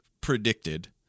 predicted